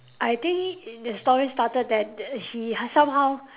I think in the story started that he somehow